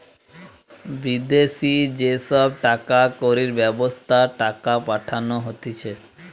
বিদেশি যে সব টাকা কড়ির ব্যবস্থা টাকা পাঠানো হতিছে